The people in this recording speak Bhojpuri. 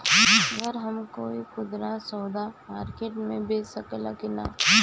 गर हम कोई खुदरा सवदा मारकेट मे बेच सखेला कि न?